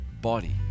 body